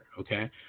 Okay